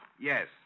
Yes